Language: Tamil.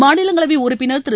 மாநிலங்களவை உறுப்பினர் திரு